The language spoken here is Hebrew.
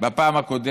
ויתרה בפעם הקודמת